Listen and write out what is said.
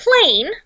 plane